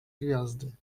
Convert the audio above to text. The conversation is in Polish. gwiazdy